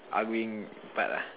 out going part lah